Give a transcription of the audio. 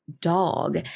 dog